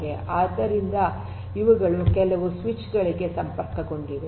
ಆದ್ದರಿಂದ ಇವುಗಳು ಕೆಲವು ಸ್ವಿಚ್ ಗಳಿಗೆ ಸಂಪರ್ಕಗೊಂಡಿವೆ